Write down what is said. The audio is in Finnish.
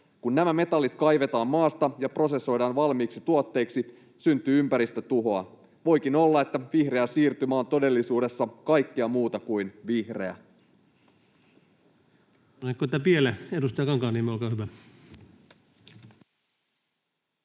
Kun nämä metallit kaivetaan maasta ja prosessoidaan valmiiksi tuotteiksi, syntyy ympäristötuhoa. Voikin olla, että vihreä siirtymä on todellisuudessa kaikkea muuta kuin vihreä.